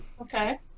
okay